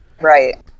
Right